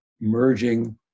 merging